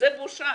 זאת בושה.